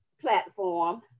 platform